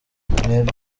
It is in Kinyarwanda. intego